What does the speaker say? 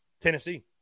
Tennessee